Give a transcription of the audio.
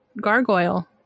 gargoyle